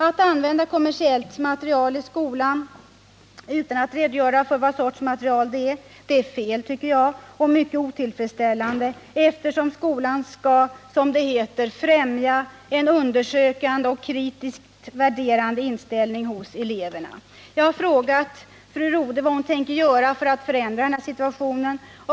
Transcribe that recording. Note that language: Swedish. Att använda kommersiellt material i skolan utan att redogöra för vad det är för sorts material tycker jag är fel och mycket otillfredsställande eftersom skolan skall, som det heter, främja en undersökande och kritiskt värderande inställning hos eleverna. Jag har frågat fru Rodhe vad hon tänker göra för att förändra denna situation.